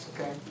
okay